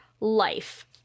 life